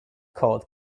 called